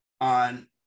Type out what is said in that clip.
on